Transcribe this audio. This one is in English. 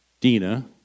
Dina